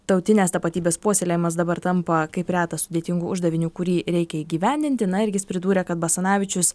tautinės tapatybės puoselėjimas dabar tampa kaip reta sudėtingu uždaviniu kurį reikia įgyvendinti na ir jis pridūrė kad basanavičius